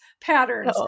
patterns